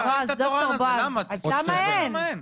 למה אין?